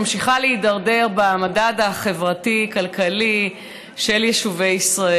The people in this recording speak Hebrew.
ממשיכה להידרדר במדד החברתי-כלכלי של יישובי ישראל?